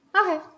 Okay